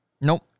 Nope